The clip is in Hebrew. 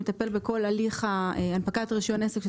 אנחנו מטפלים בכל הליך הנפקת רישיון העסק,